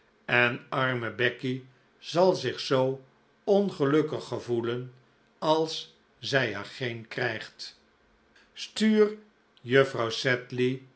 en armc becky zal zich zoo ongelukkig gcvoclcn als zij er gecn krijgt stuur juffrouw sedlcy